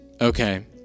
Okay